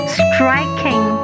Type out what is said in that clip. striking